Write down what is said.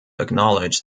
acknowledge